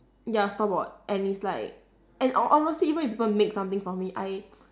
ya store bought and it's like and ho~ honestly even if people make something for me I